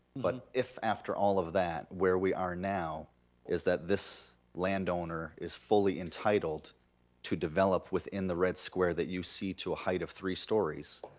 but if after all of that, where we are now is that this land owner is fully entitled to develop within the red square that you see to a height of three stories,